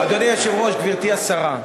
אדוני היושב-ראש, גברתי השרה,